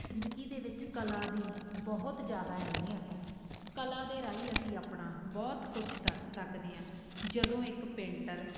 ਜ਼ਿੰਦਗੀ ਦੇ ਵਿੱਚ ਕਲਾ ਦੀ ਬਹੁਤ ਜ਼ਿਆਦਾ ਅਹਿਮੀਅਤ ਹੈ ਕਲਾ ਦੇ ਰਾਹੀਂ ਅਸੀਂ ਆਪਣਾ ਬਹੁਤ ਕੁਛ ਦੱਸ ਸਕਦੇ ਹਾਂ ਜਦੋਂ ਇੱਕ ਪੇਂਟਰ